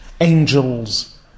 Angels